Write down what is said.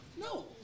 No